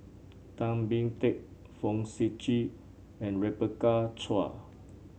Tan Boon Teik Fong Sip Chee and Rebecca Chua